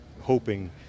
hoping